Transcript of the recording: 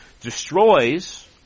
destroys